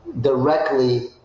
directly